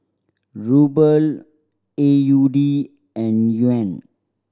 Ruble A U D and Yuan